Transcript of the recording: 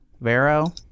vero